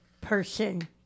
person